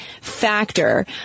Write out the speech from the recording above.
factor